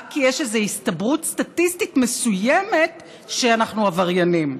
רק כי יש איזה הסתברות סטטיסטית מסוימת שאנחנו עבריינים.